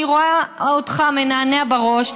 אני רואה אותך מנענע בראש,